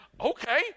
okay